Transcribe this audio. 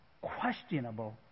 questionable